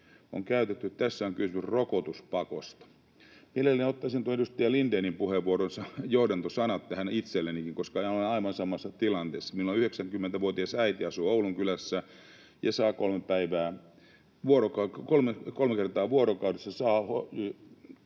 on kysymys rokotuspakosta. Mielelläni ottaisin tuon edustaja Lindénin puheenvuoron johdantosanat tähän itsellenikin, koska olen aivan samassa tilanteessa. Minulla on 90-vuotias äiti, joka asuu Oulunkylässä ja saa kolme kertaa vuorokaudessa